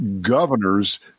governors